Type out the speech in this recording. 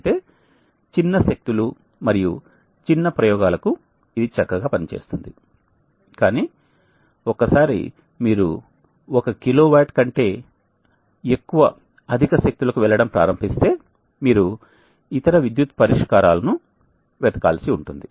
అయితే చిన్న శక్తులు మరియు చిన్న ప్రయోగాలకు ఇది చక్కగా పనిచేస్తుంది కానీ ఒకసారి మీరు 1 కిలోవాట్ కంటే ఎక్కువ అధిక శక్తులకు వెళ్లడం ప్రారంభిస్తే మీరు ఇతర విద్యుత్ పరిష్కారాలను వెతకాల్సి ఉంటుంది